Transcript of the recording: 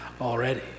already